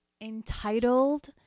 entitled